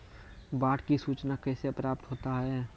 बाढ की सुचना कैसे प्राप्त होता हैं?